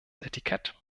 etikett